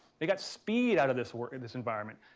they got speed out of this work in this environment.